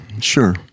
Sure